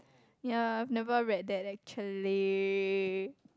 yea never read that actually